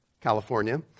California